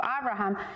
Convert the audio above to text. Abraham